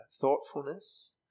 thoughtfulness